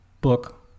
book